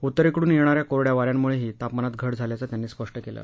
उत्तरेकडून येणाऱ्या कोरङ्या वाऱ्यांमुळेही तापमानात घट झाल्याचे त्यांनी स्पष्ट केले